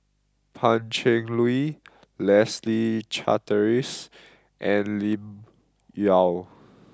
Pan Cheng Lui Leslie Charteris and Lim Yau